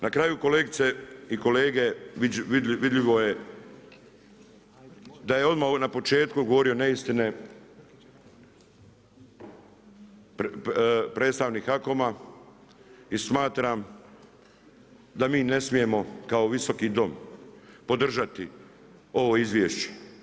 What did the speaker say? Na kraju kolegice i kolege vidljivo je da odmah na početku govorio neistine predstavnik HAKOM-a i smatram da mi ne smijemo kao Visoki dom podržati ovo izvješće.